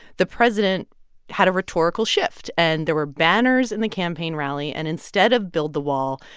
the president had a rhetorical shift. and there were banners in the campaign rally. and instead of build the wall,